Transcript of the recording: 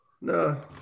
no